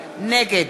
נגד